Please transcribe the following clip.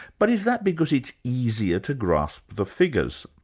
but is that because it's easier to grasp the figures?